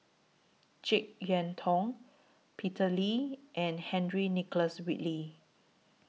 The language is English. Jek Yeun Thong Peter Lee and Henry Nicholas Ridley